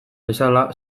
bezala